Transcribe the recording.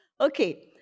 Okay